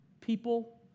People